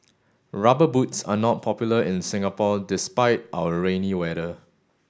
rubber boots are not popular in Singapore despite our rainy weather